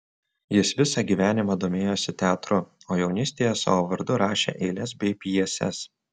jis visą gyvenimą domėjosi teatru o jaunystėje savo vardu rašė eiles bei pjeses